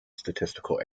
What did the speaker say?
statistical